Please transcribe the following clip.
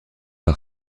par